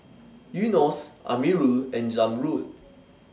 Yunos Amirul and Zamrud